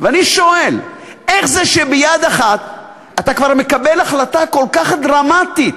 ואני שואל איך זה שביד אחת אתה כבר מקבל החלטה כל כך דרמטית